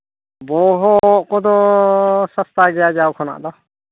ᱵᱚᱦᱚᱜ ᱠᱚᱫᱚ ᱥᱟᱥᱛᱟ ᱜᱮᱭᱟ ᱡᱟᱣ ᱠᱷᱚᱱᱟᱜ ᱫᱚ